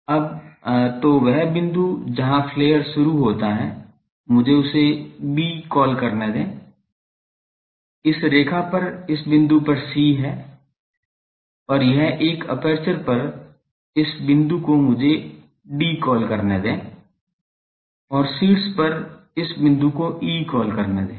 अब तो वह बिंदु जहां फ्लेयर शुरू होता है मुझे इसे B कॉल करने दें इस रेखा पर इस बिंदु पर C है और यह एक एपर्चर पर इस बिंदु को मुझे D कॉल करने दें और शीर्ष पर इस बिंदु को E कॉल करें